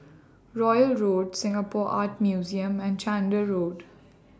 Royal Road Singapore Art Museum and Chander Road